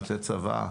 יוצא צבא.